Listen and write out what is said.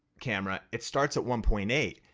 camera. it starts at one point eight.